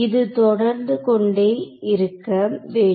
இது தொடர்ந்து கொண்டே இருக்க வேண்டும்